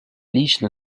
лично